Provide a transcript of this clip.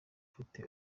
ufite